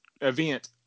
event